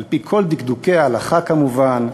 על-פי כל דקדוקי ההלכה, כמובן,